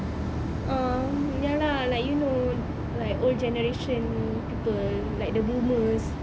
ah ya lah like you know like old generation people like the